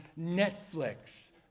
Netflix